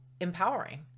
empowering